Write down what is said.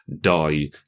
die